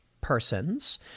persons